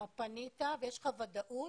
האם פנית ויש לך ודאות